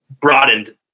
broadened